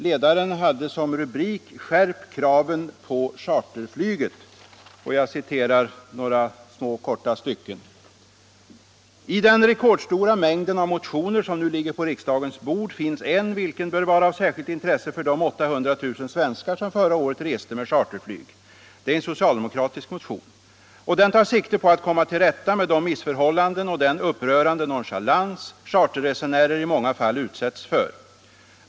Ledaren hade som rubrik: Skärp kraven på charterflyget. Jag citerar några korta stycken ur den. ”I den rekordstora mängden av motioner, som nu ligger på riksdagens bord, finns en vilken bör vara av särskilt intresse för de 800 000 svenskar som förra året reste med charterflyg. Det är en socialdemokratisk motion. Och den tar sikte på att komma till rätta med de missförhållanden och den upprörande nonchalans charterresenärer i många fall utsätts för.